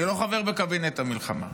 אני לא חבר בקבינט המלחמה,